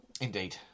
Indeed